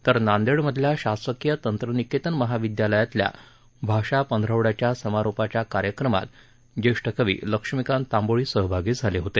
तर नांदेडमधल्या शासकीय तंत्रनिकेतन महाविद्यालयातल्या भाषा पंधरवड्याच्या समारोपाच्या कार्यक्रमात जेष्ठ कवी लक्ष्मीकांत तांबोळी सहभागी झाले होते